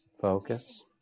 Focus